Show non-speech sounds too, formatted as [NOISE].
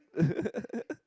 [LAUGHS]